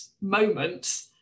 moment